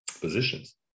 positions